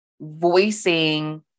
voicing